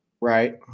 right